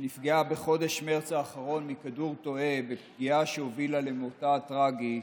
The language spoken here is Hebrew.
שנפגעה בחודש מרץ האחרון מכדור תועה בפגיעה שהובילה למותה הטרגי,